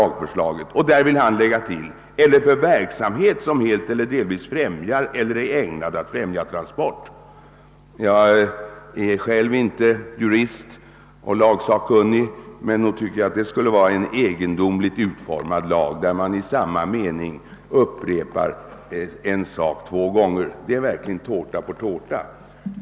Där vill herr Ahlmark nu lägga till orden »eller för verksamhet som helt eller delvis främjar eller är ägnad att främja transport». Jag är själv inte jurist och lagsakkunnig, men jag tycker att det skulle vara en egendomligt utformad lag där man i samma mening förbjuder en sak två gånger. Det verkar tårta på tårta.